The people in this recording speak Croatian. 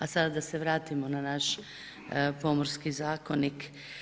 A sada da se vratimo na naš Pomorski zakonik.